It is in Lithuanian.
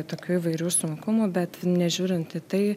tokių įvairių sunkumų bet nežiūrint į tai